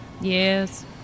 Yes